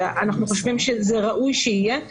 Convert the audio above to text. שאנחנו חושבים שראוי שיהיה.